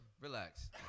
Relax